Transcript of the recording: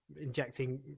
injecting